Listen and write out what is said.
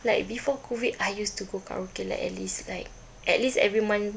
like before COVID I used to go karaoke like at least like at least every month